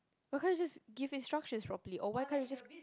why can't you just give instructions properly or why can't you just